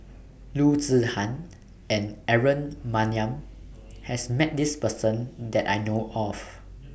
Loo Zihan and Aaron Maniam has Met This Person that I know of